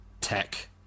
tech